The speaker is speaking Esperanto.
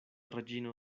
reĝino